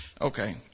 Okay